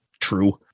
True